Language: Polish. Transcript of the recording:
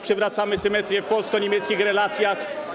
Przywracamy symetrię w polsko-niemieckich relacjach.